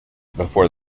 before